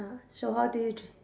ya so how do you d~